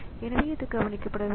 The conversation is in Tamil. எனவே அது செய்யப்படவில்லை